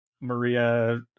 Maria